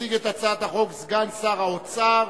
יציג את הצעת החוק סגן שר האוצר.